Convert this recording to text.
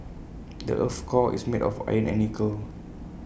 the Earth's core is made of iron and nickel